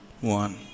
one